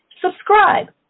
Subscribe